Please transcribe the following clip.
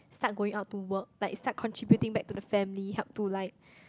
start going out to work like start contributing back to the family help to like